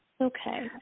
Okay